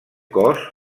cos